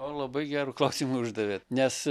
labai gerų klausimų uždavėt nes